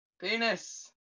Penis